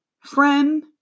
friend